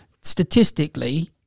Statistically